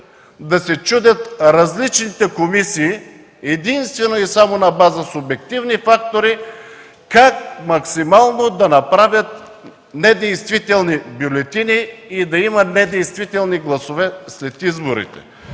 да се чудят различните комисии единствено и само на база субективни фактори как максимално да направят недействителни бюлетини и да има недействителни гласове след изборите.